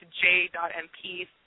j.mp